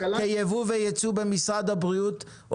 ייבוא וייצוא במשרד הבריאות,